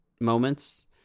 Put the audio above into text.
moments